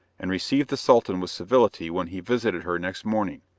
and receive the sultan with civility when he visited her next morning.